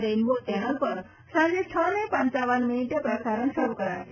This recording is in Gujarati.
રેઈનબો ચેનલ પર સાંજે દને પપ મિનિટે પ્રસારણ શરૂ કરાશે